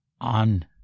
on